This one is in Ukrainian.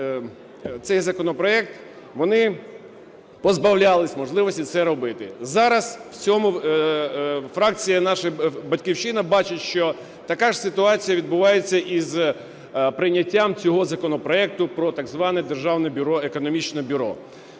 цей законопроект, вони позбавлялись можливості це робити. Зараз в цьому фракція наша "Батьківщина" бачить, що така ж ситуація відбувається і з прийняттям цього законопроекту про так зване державне бюро, економічне бюро.